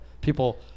people –